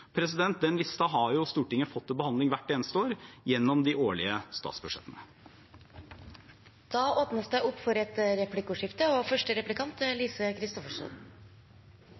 Den listen har Stortinget fått til behandling hvert eneste år gjennom de årlige statsbudsjettene.